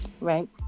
Right